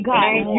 God